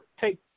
take